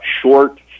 short